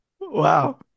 wow